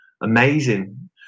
amazing